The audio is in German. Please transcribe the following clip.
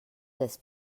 des